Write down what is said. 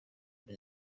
muri